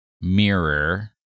mirror